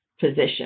position